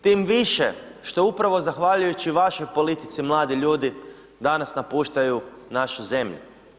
Tim više što upravo zahvaljujući vašoj politici mladi ljudi danas napuštaju našu zemlju.